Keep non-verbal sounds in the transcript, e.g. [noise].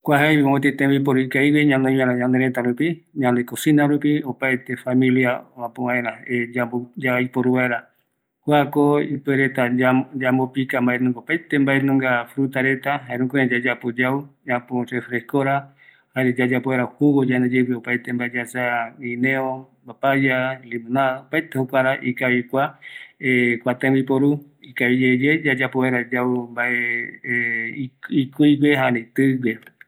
﻿Kua jaevi mopeti tembiporu ikavigue ñanoi vaera ñanërëta rupi, ñandecosina rupi, opaete familia [hesitation] apo yaiporu vaera, kuako ipuereta yam yambopika mbaenunga, opaerte mbaenunga fruta reta, jare jukurai apo yayapo yau refreskora, jare yayapo vaera jugo yande yeipe opaete mbae osea guineo, papaya, limonada, opaete jukuara ikavi kua [hesitation] kua tembiporu ikaviyeye yayapo vaera yau mbae [hesitation] ikuigue ani tigue